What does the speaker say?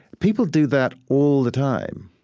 people do that all the time,